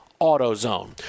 AutoZone